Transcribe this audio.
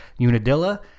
unadilla